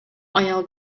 аял